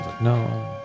No